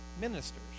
Ministers